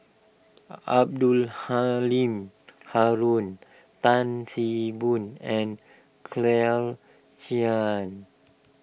Abdul Halim Haron Tan See Boo and Claire Chiang